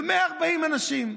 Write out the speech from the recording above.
ו-140 אנשים.